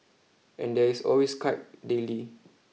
and there is always Skype daily